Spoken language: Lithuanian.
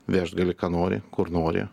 vešt gali ką nori kur nori